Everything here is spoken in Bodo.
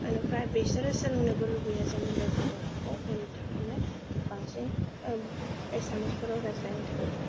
ओनोफ्राय बिसोरो सोलोंनोबो लुगैयो जोंनि बे बर' रावखौ बेनि थाखायबो बांसिन एसामिसफोराव रायज्लायनाय थाङो